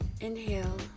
inhale